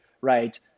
right